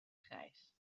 grijs